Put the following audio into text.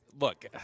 Look